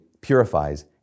purifies